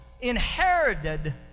inherited